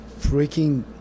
freaking